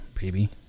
baby